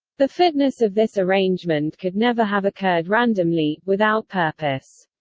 the fitness of this arrangement could never have occurred randomly, without purpose.